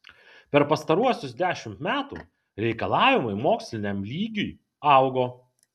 per pastaruosius dešimt metų reikalavimai moksliniam lygiui augo